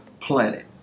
planet